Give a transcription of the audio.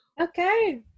Okay